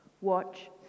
Watch